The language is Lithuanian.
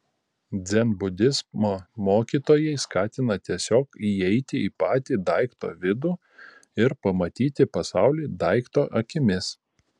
dzenbudizmo mokytojai skatina tiesiog įeiti į patį daikto vidų ir pamatyti pasaulį daikto akimis